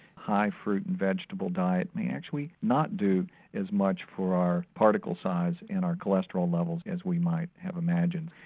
high fruit and vegetable diets may actually not do as much for our particle size in our cholesterol levels as we might have imagined.